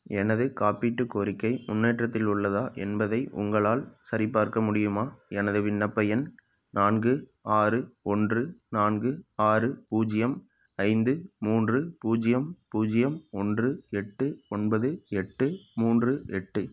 எனது காப்பீட்டுக் கோரிக்கை முன்னேற்றத்தில் உள்ளதா என்பதை உங்களால் சரிப்பார்க்க முடியுமா எனது விண்ணப்ப எண் நான்கு ஆறு ஒன்று நான்கு ஆறு பூஜ்ஜியம் ஐந்து மூன்று பூஜ்ஜியம் பூஜ்ஜியம் ஒன்று எட்டு ஒன்பது எட்டு மூன்று எட்டு